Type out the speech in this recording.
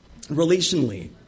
relationally